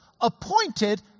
appointed